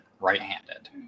right-handed